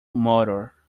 motor